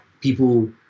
people